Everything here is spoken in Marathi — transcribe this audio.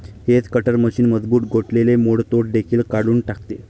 हेज कटर मशीन मजबूत गोठलेले मोडतोड देखील काढून टाकते